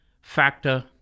factor